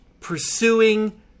pursuing